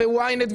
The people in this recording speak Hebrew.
YNET,